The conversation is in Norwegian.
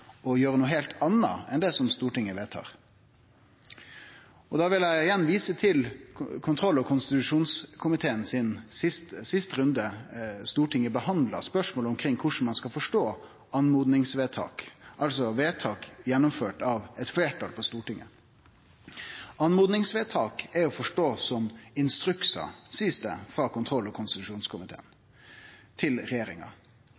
å gjere noko heilt anna enn det som Stortinget vedtar. Eg vil igjen vise til kontroll- og konstitusjonskomiteen og sist gang Stortinget behandla spørsmålet om korleis ein skal forstå «oppmodingsvedtak», altså vedtak som er fatta av eit fleirtal på Stortinget: Oppmodingsvedtak er å forstå som instruksar til regjeringa, blir det sagt frå kontroll- og konstitusjonskomiteen. Og i ein eigen rettleiar frå regjeringa